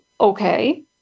okay